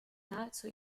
nahezu